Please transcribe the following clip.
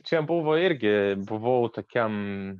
čia buvo irgi buvau tokiam